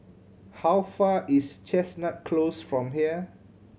how far is Chestnut Close from here